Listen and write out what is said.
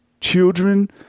children